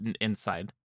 inside